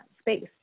space